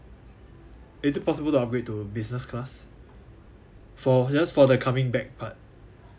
is it possible to upgrade to business class for just for the coming back part